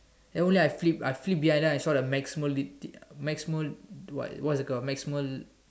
then I only I flip I flip behind then I saw the maximal maximal what what is it called maximal